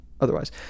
otherwise